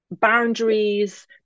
boundaries